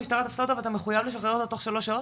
המשטרה תפסה אותו ואתה מחויב לשחרר אותו תוך שלוש שעות?